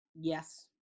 Yes